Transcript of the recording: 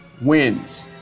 wins